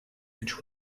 which